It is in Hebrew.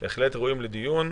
בהחלט ראויים לדיון,